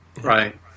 Right